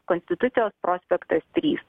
konstitucijos prospektas trys